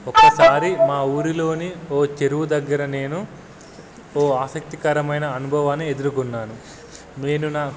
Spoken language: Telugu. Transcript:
ఒకసారి మా ఊరిలో ఒక చెరువు దగ్గర నేను ఒక ఆసక్తికరమైన అనుభవాన్ని ఎదుర్కొన్నాను నేను నా